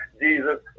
Jesus